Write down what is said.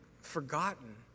forgotten